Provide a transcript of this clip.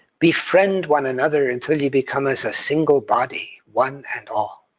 befriend one another until ye become as a single body one and all.